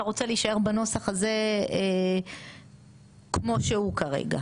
אתה רוצה להישאר בנוסח הזה כמו שהוא כרגע?